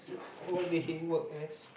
what did he work as